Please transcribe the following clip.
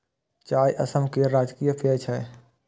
चाय असम केर राजकीय पेय छियै